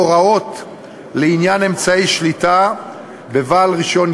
הוראות לעניין אמצעי שליטה בבעל רישיון,